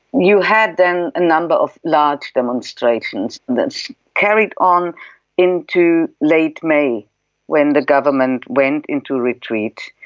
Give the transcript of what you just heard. you had then a number of large demonstrations that carried on into late may when the government went into retreat.